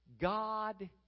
God